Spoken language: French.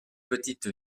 petite